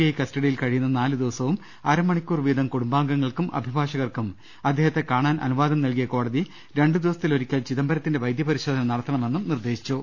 I കസ്റ്റഡിയിൽ കഴി യുന്ന നാല് ദിവസവും അര മണിക്കൂർ വീതം കുടുംബാംഗങ്ങൾക്കും അഭി ഭാഷകർക്കും അദ്ദേഹത്തെ കാണാൻ അനുവാദം നൽകിയ കോടതി രണ്ടു ദിവസത്തിലൊരിക്കൽ ചിദംബരത്തിന്റെ വൈദ്യ പരിശോധന നടത്തണ മെന്നും നിർദ്ദേശിച്ചു